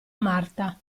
marta